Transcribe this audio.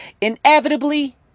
Inevitably